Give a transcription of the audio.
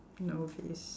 in the office